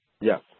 Yes